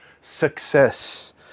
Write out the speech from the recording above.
success